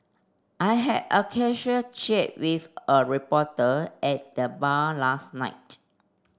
I had a casual chat with a reporter at the bar last night